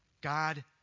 God